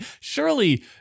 surely